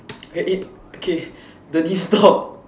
okay okay stop